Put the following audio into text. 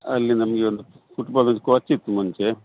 ಅಲ್ಲಿ ನಮಗೆ ಒಂದು ಫುಟ್ಬಾಲಿದು ಕೋಚ್ ಇತ್ತು ಮುಂಚೆ